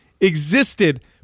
existed